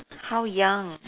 how young